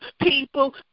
people